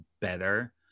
better